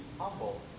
humble